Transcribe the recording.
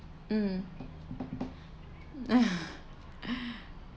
um